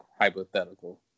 hypothetical